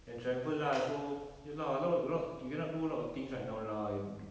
and travel lah so ya lah a lot a lot you cannot do a lot of things right now lah du~